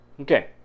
Okay